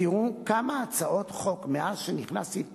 תראו כמה הצעות חוק, מאז נכנסתי לתפקידי,